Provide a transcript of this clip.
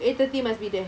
eight thirty must be there